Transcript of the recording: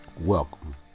Welcome